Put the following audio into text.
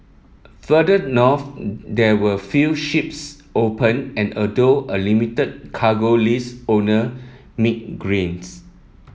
further north there were few ships open and although a limited cargo list owner made gains